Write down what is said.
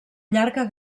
llarga